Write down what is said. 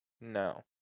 No